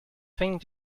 thing